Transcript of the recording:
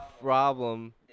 problem